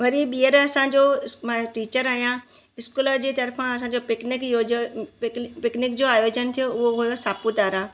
वरी ॿीहर असांजो इस मां टीचर आहियां स्कूल जी तरफ़ां असांजो पिकनिक जो ज पिकनिक जो आयोजन थियो उहो हुयो सापूतारा